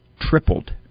tripled